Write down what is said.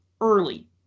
early